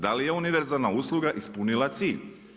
Da li je univerzalna usluga ispunila cilj?